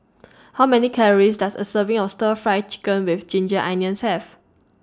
How Many Calories Does A Serving of Stir Fry Chicken with Ginger Onions Have